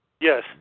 Yes